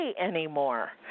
anymore